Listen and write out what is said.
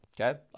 okay